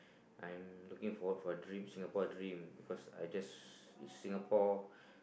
I'm looking forward for dream Singapore dream cause I just in singapore